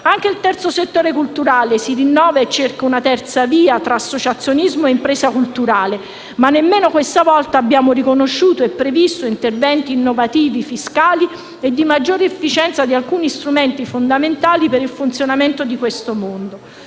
Anche il terzo settore culturale si rinnova e cerca una terza via tra associazionismo e impresa culturale, ma nemmeno questa volta abbiamo riconosciuto e previsto interventi innovativi fiscali e di maggiore efficienza per alcuni strumenti fondamentali per il funzionamento di questo mondo.